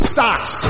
Stocks